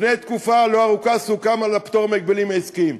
לפני תקופה לא ארוכה סוכם על הפטור מההגבלים העסקיים.